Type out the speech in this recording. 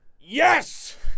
Yes